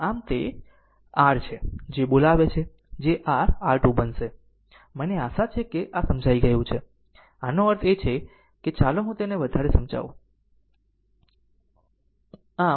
આમ તે જ r છે જે બોલાવે છે જે r R2 બનશે મને આશા છે કે આ સમજાઈ ગયું છે આનો અર્થ એ કે ચાલો હું તેને વધારે સમજાવું છું કરી દઉં